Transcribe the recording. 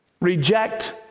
Reject